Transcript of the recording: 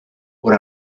por